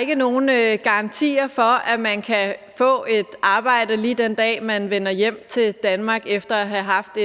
ikke er nogen garantier for, at man kan få et arbejde lige den dag, man vender hjem til Danmark efter at have haft